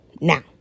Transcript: Now